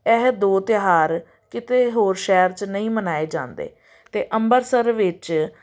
ਇਹ ਦੋ ਤਿਉਹਾਰ ਕਿਤੇ ਹੋਰ ਸ਼ਹਿਰ 'ਚ ਨਹੀਂ ਮਨਾਏ ਜਾਂਦੇ ਅਤੇ ਅੰਮ੍ਰਿਤਸਰ ਵਿੱਚ